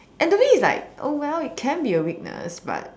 and to me it's like oh well it can be a weakness but